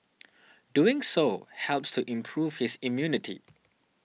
doing so helps to improve his immunity